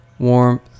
Warmth